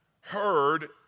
heard